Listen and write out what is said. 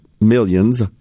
Millions